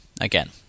Again